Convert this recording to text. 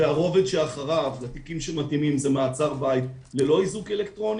והרובד שאחריו לתיקים שמתאימים זה מעצר בית ללא איזוק אלקטרוני,